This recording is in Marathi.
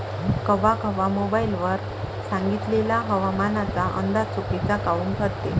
कवा कवा मोबाईल वर सांगितलेला हवामानाचा अंदाज चुकीचा काऊन ठरते?